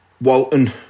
Walton